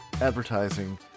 advertising